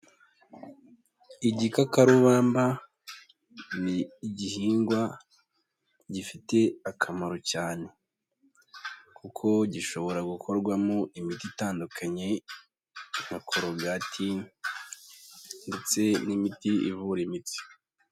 Igikakarubamba ni igihingwa gifite akamaro cyane. Kuko gishobora gukorwamo imiti itandukanye nka korogati ndetse n'imiti ivura imitsi.